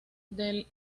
del